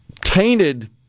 tainted